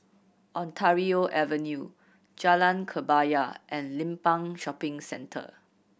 Ontario Avenue Jalan Kebaya and Limbang Shopping Centre